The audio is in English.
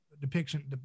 depiction